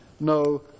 No